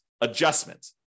adjustment